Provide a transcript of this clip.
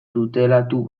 tutelatu